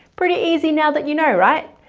pretty easy now that you know, right?